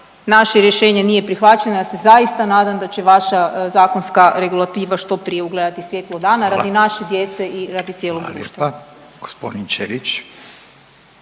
naše rješenje nije prihvaćeno, ja se zaista nadam da će vaša zakonska regulativa što prije ugledati svjetlo dana radi naše .../Upadica: Hvala./... djece i